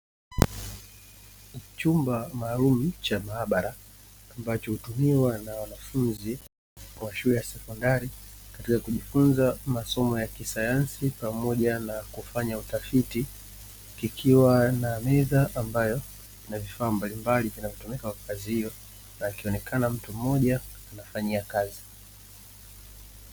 Chumba maalum cha maabara ambacho hutumiwa na wanafunzi wa shule ya sekondari katika kujifunza masomo ya kisayansi pamoja na kufanya utafiti. Ikiwa na meza ambayo ina vifaa mbalimbali vinavyotumika kwa kazi hiyo na akionekana mtu mmoja anafanyia kazi.